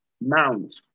Mount